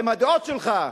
עם הדעות שלך,